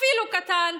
אפילו קטן,